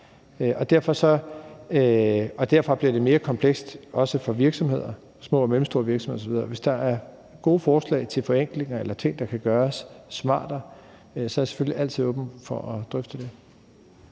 og derfra bliver det mere komplekst for virksomheder, små og mellemstore virksomheder osv. Hvis der er gode forslag til forenklinger eller ting, der kan gøres smartere, er jeg selvfølgelig altid åben for at drøfte det.